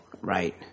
Right